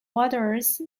waters